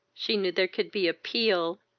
she knew there could be appeal,